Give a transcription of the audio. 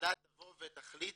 הוועדה תבוא ותחליט